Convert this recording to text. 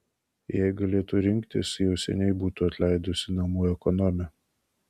jei galėtų rinktis jau seniai būtų atleidusi namų ekonomę